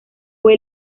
fue